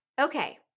Okay